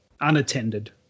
unattended